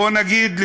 בוא נגיד,